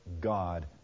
God